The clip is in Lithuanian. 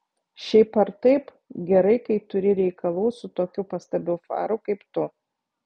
šiaip ar taip gerai kai turi reikalų su tokiu pastabiu faru kaip tu